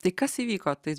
tai kas įvyko tais